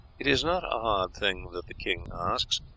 it is not a hard thing that the king asks,